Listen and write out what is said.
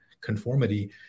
conformity